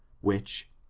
which,